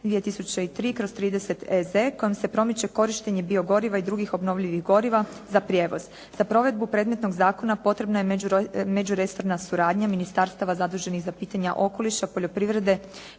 2003/30 EZ kojom se promiče korištenje biogoriva i drugih obnovljivih goriva za prijevoz. Za provedbu predmetnog zakona potrebna je međuresorna suradnja ministarstava zaduženih za pitanja okoliša, poljoprivrede,